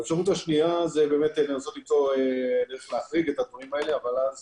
האפשרות השנייה היא לנסות להחריג את הדברים האלה אבל אז